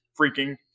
freaking